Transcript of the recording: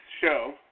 show